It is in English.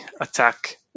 attack